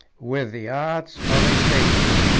with the arts of a statesman,